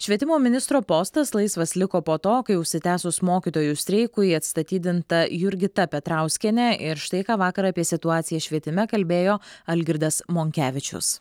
švietimo ministro postas laisvas liko po to kai užsitęsus mokytojų streikui atstatydinta jurgita petrauskienė ir štai ką vakar apie situaciją švietime kalbėjo algirdas monkevičius